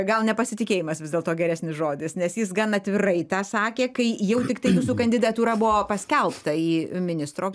gal nepasitikėjimas vis dėlto geresnis žodis nes jis gan atvirai tą sakė kai jau tiktai jūsų kandidatūra buvo paskelbta į ministro